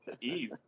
Eve